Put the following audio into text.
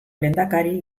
lehendakari